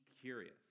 curious